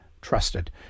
trusted